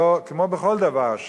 כמו בכל דבר,